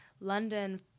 London